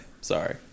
Sorry